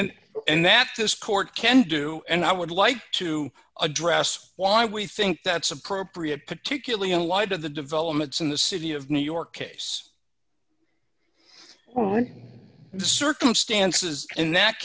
ski and that this court can do and i would like to address why we think that's appropriate particularly in light of the developments in the city of new york case the circumstances in that